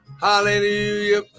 Hallelujah